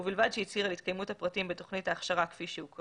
ובלבד שהצהיר על התקיימות הפרטים בתוכנית ההכשרה כפי שהוכרה,